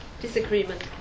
disagreement